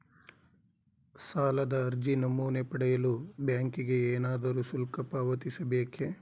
ಸಾಲದ ಅರ್ಜಿ ನಮೂನೆ ಪಡೆಯಲು ಬ್ಯಾಂಕಿಗೆ ಏನಾದರೂ ಶುಲ್ಕ ಪಾವತಿಸಬೇಕೇ?